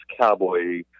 Cowboy